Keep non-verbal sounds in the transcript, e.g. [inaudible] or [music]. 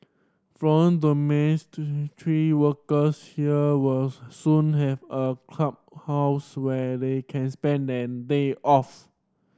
foreign [unintelligible] workers here will soon have a clubhouse where they can spend their day off